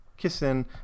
kissing